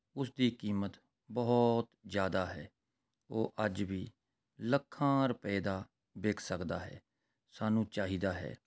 ਉਸ ਦੀ ਕੀਮਤ ਬਹੁਤ ਜ਼ਿਆਦਾ ਹੈ ਉਹ ਅੱਜ ਵੀ ਲੱਖਾਂ ਰੁਪਏ ਦਾ ਵਿਕ ਸਕਦਾ ਹੈ ਸਾਨੂੰ ਚਾਹੀਦਾ ਹੈ